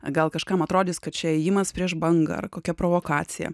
gal kažkam atrodys kad čia ėjimas prieš bangą ar kokia provokacija